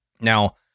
Now